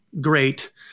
great